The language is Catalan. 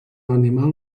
animal